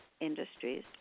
industries